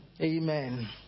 Amen